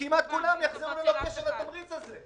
-- כמעט כולם יחזרו ללא קשר לתוכנית הזו.